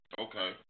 Okay